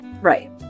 right